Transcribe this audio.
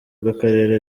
bw’akarere